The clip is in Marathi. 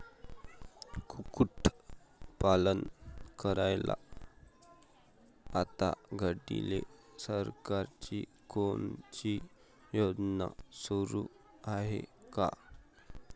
कुक्कुटपालन करायले आता घडीले सरकारची कोनची योजना सुरू हाये का?